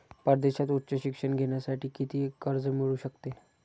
परदेशात उच्च शिक्षण घेण्यासाठी किती कर्ज मिळू शकते?